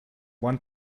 one